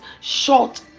short